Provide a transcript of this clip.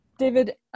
David